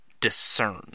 discern